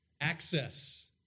access